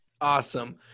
awesome